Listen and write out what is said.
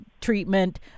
treatment